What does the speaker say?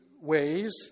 ways